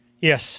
Yes